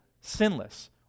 sinless